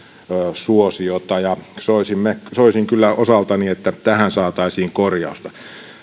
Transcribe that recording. suosiota soisin kyllä osaltani että tähän saataisiin korjausta